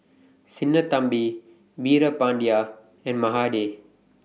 Sinnathamby Veerapandiya and Mahade